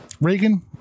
Reagan